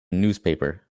newspaper